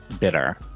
bitter